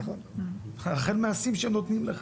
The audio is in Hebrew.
החל מהסים שנותנים לך.